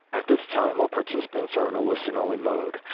at this time all participants are in a listen only mode.